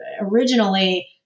originally